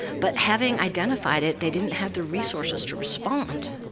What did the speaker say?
but having identified it, they didn't have the resources to respond.